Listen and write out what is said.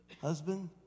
Husband